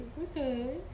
Okay